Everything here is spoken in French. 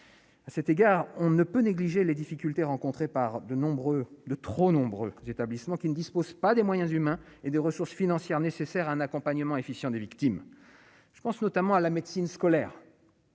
à cet égard, on ne peut négliger les difficultés rencontrées par de nombreux de trop nombreux établissements qui ne dispose pas des moyens humains et des ressources financières nécessaires, un accompagnement efficient des victimes, je pense notamment à la médecine scolaire.